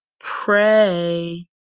Pray